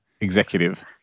executive